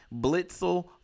Blitzel